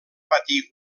patir